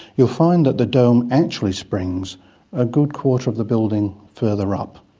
you will find that the dome actually springs a good quarter of the building further up.